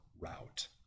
route